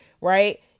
right